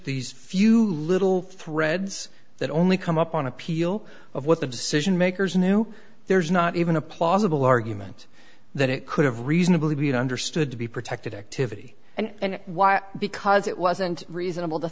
these few little threads that only come up on appeal of what the decision makers knew there's not even a plausible argument that it could have reasonably be understood to be protected activity and why because it wasn't reasonable to